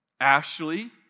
Ashley